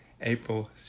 April